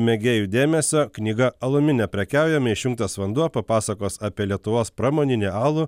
mėgėjų dėmesio knyga alumi neprekiaujame išjungtas vanduo papasakos apie lietuvos pramoninį alų